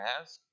ask